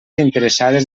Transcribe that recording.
interessades